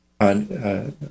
on